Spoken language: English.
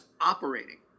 operating